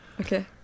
Okay